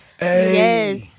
Yes